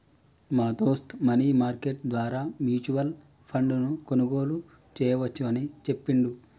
మా దోస్త్ money market ద్వారా మ్యూచువల్ ఫండ్ ను కొనుగోలు చేయవచ్చు అని చెప్పిండు